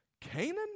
Canaan